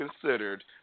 considered